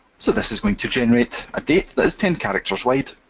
so this is going to generate a date that is ten characters wide,